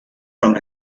from